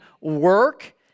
work